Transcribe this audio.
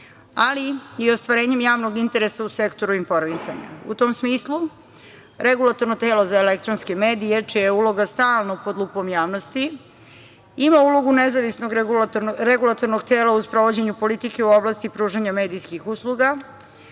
ali i ostvarenjem javnog interesa u sektoru informisanja.U tom smislu, Regulatorno telo za elektronske medije, čija je uloga stalno pod lupom javnosti, ima ulogu nezavisnog regulatornog tela u sprovođenju politike u oblasti pružanja medijskih usluga,